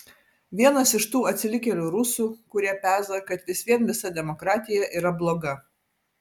vienas iš tų atsilikėlių rusų kurie peza kad vis vien visa demokratija yra bloga